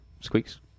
squeaks